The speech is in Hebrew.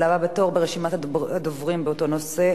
הבאה בתור ברשימת הדוברים באותו נושא,